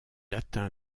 atteint